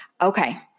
Okay